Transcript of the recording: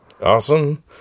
Awesome